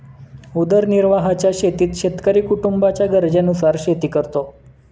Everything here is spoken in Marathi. उदरनिर्वाहाच्या शेतीत शेतकरी कुटुंबाच्या गरजेनुसार शेती करतो